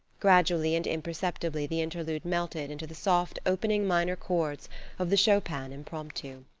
gradually and imperceptibly the interlude melted into the soft opening minor chords of the chopin impromptu.